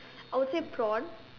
I would say prawn